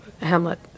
Hamlet